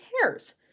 cares